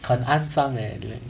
很肮脏 leh